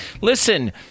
listen